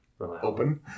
open